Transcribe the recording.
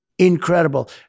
Incredible